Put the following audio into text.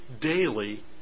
daily